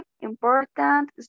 important